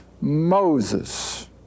Moses